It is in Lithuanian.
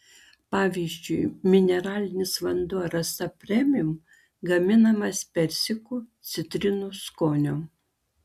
pavyzdžiui mineralinis vanduo rasa premium gaminamas persikų citrinų skonio